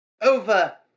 over